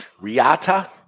Riata